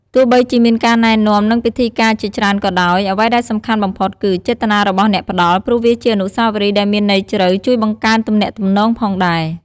ទោះបីជាមានការណែនាំ និងពិធីការជាច្រើនក៏ដោយ អ្វីដែលសំខាន់បំផុតគឺ ចេតនារបស់អ្នកផ្តល់ ព្រោះវាជាអនុស្សាវរីយ៍ដែលមានន័យជ្រៅ ជួយបង្កើនទំនាក់ទំនងផងដែរ។